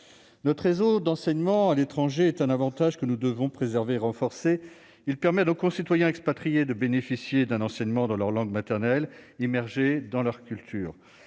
notre réseau d'enseignement à l'étranger est un Avantage que nous devons préserver renforcer, il permet à nos concitoyens expatriés de bénéficier d'un enseignement dans leur langue maternelle, immergés dans leur culture